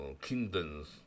kingdoms